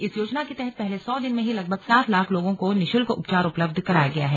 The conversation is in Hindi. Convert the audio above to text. इस योजना के तहत पहले सौ दिन में ही लगभग सात लाख लोगों को निशुल्क उपचार उपलब्ध कराया गया है